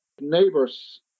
neighbors